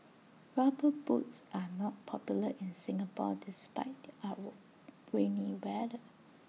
rubber boots are not popular in Singapore despite the our rainy weather